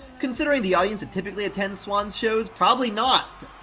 considering the audience that typically attends swan's shows, probably not!